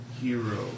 hero